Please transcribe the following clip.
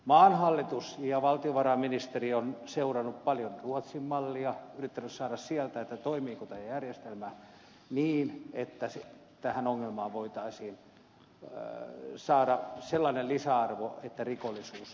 maan hallitus ja valtiovarainministeriö ovat seuranneet paljon ruotsin mallia yrittäneet saada sieltä selvää toimiiko tämä järjestelmä niin että tämän ongelman ratkaisemiseen voitaisiin saada sellainen lisäarvo että rikollisuus vähenisi